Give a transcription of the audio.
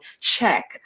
Check